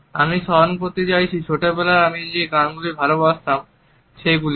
আমি স্মরণ করতে চাইছি ছোটবেলায় আমি যে গানগুলি কে ভালবাসতাম সেগুলিকে